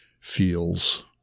feels